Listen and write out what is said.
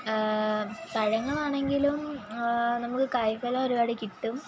പഴങ്ങളാണെങ്കിലും നമ്മള് കായ് ഫലം ഒരുപാട് കിട്ടും